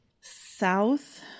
south